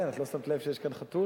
כן, את לא שמת לב שיש כאן חתול?